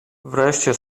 wreszcie